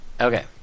Okay